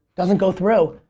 doesn't go through.